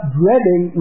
dreading